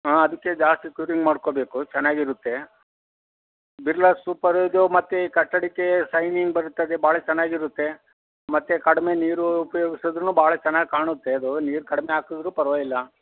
ಹಾಂ ಅದಕ್ಕೆ ಜಾಸ್ತಿ ಕ್ಯೂರಿಂಗ್ ಮಾಡ್ಕೋಬೇಕು ಚೆನ್ನಾಗಿರುತ್ತೆ ಬಿರ್ಲಾ ಸೂಪರ್ ಇದು ಮತ್ತೆ ಈ ಕಟ್ಟಡಕ್ಕೆ ಶೈನಿಂಗ್ ಬರ್ತದೆ ಭಾಳ ಚೆನ್ನಾಗಿರುತ್ತೆ ಮತ್ತೆ ಕಡಿಮೆ ನೀರು ಉಪಯೋಗ್ಸಿದ್ರುನು ಭಾಳ ಚೆನ್ನಾಗಿ ಕಾಣುತ್ತೆ ಅದು ನೀರು ಕಡಿಮೆ ಹಾಕಿದ್ರು ಪರವಾಗಿಲ್ಲ